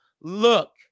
Look